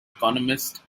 economist